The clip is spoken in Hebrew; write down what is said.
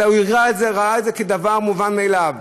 אלא הוא ראה את זה כדבר מובן מאליו,